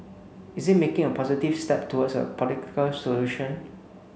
is it making a positive step towards a political solution